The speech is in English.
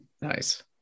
Nice